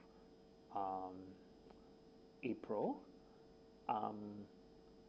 um april um